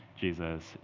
Jesus